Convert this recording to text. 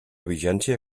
vigència